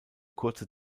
kurze